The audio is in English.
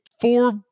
four